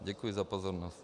Děkuji za pozornost.